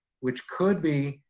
which could be.